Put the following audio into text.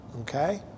okay